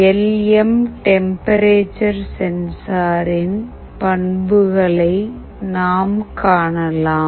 L M temperature சென்சாரின் பண்புகளை நாம் காணலாம்